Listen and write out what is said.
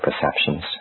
perceptions